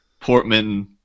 Portman